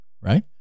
right